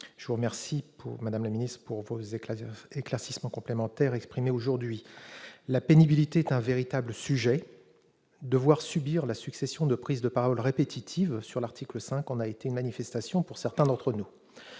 Je vous remercie, madame la ministre, pour les éclaircissements complémentaires apportés aujourd'hui. La pénibilité est un véritable sujet. Devoir subir une succession de prises de parole répétitives sur l'article 5 en a été une illustration pour certains d'entre nous